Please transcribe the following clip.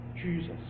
Jesus